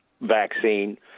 vaccine